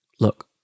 Look